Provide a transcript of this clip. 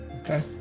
okay